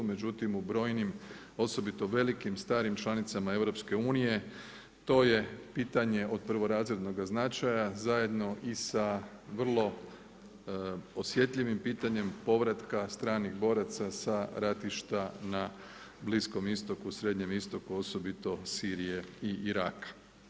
Međutim u brojnim, osobito velikim starim članicama EU to je pitanje od prvorazrednoga značaja zajedno i sa vrlo osjetljivim pitanjem povratka stranih boraca sa ratišta na Bliskom istoku, Srednjem istoku, osobito Sirije i Iraka.